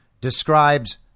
describes